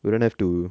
you don't have to